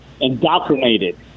indoctrinated